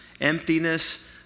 emptiness